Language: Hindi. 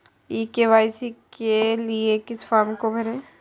ई के.वाई.सी के लिए किस फ्रॉम को भरें?